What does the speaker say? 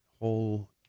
whole